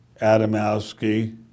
Adamowski